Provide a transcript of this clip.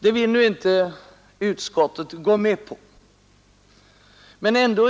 Detta vill utskottet nu inte gå med på.